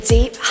Deep